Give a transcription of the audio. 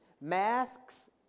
Masks